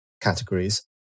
categories